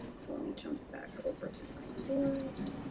so, let me jump back over to my course.